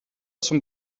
zum